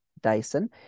Dyson